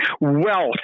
wealth